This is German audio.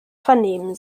vernehmen